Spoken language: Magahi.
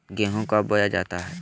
गेंहू कब बोया जाता हैं?